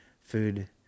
food